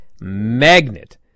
magnet